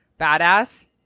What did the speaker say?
badass